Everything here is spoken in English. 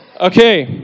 Okay